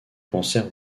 cancer